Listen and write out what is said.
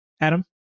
Adam